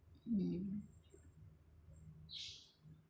mm